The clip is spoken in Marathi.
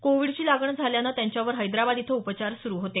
कोविडची लागण झाल्यानं त्यांच्यावर हैद्राबाद इथं उपचार सुरू होते